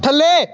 ਥੱਲੇ